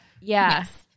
yes